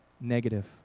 negative